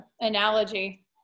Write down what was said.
analogy